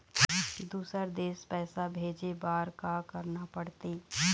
दुसर देश पैसा भेजे बार का करना पड़ते?